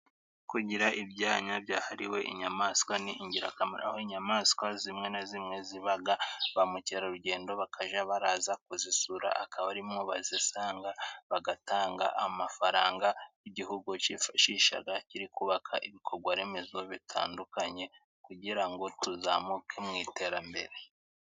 Kugira ibyanya byahariwe inyamaswa ni ingirakamaro aho inyamaswa zimwe na zimwe zibaga bamukerarugendo bakajya baraza kuzisura akaba arimo bazisanga bagatanga amafaranga igihugu kifashishaga kiri kubaka ibikorwaremezo bitandukanye kugira ngo tuzamuke mu iterambere.